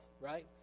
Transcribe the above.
right